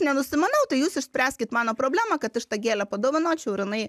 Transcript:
nenusimanau tai jūs išspręskit mano problemą kad aš tą gėlę padovanočiau ir jinai